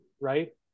Right